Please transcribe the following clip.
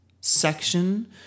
section